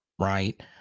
right